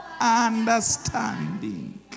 understanding